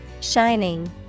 Shining